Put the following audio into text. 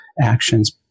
actions